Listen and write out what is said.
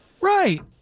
Right